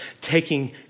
taking